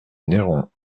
neyron